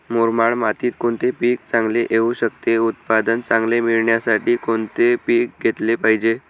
मुरमाड मातीत कोणते पीक चांगले येऊ शकते? उत्पादन चांगले मिळण्यासाठी कोणते पीक घेतले पाहिजे?